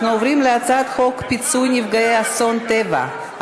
אנחנו עוברים להצעת חוק פיצוי נפגעי אסון טבע,